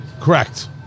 Correct